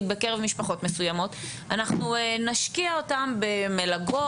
בקרב משפחות מסויימות אנחנו נשקיע אותם במלגות,